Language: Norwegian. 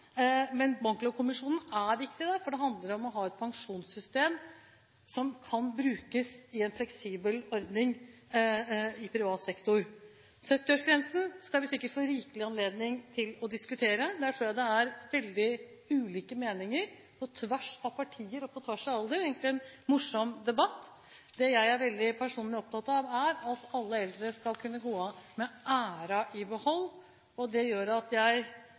det handler om å ha et pensjonssystem som kan brukes i en fleksibel ordning i privat sektor. 70-årsgrensen skal vi sikkert få rikelig anledning til å diskutere. Der tror jeg det er veldig ulike meninger på tvers av partier og på tvers av alder – det er egentlig en morsom debatt. Det jeg personlig er veldig opptatt av, er at alle eldre skal kunne gå av med æren i behold. Det gjør at jeg